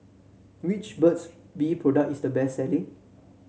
which Burt's Bee product is the best selling